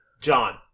John